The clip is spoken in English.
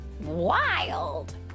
Wild